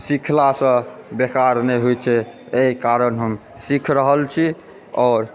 सिखलासँ बेकार नहि होइत छै एहि कारण हम सिखि रहल छी आओर